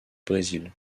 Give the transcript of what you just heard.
brésil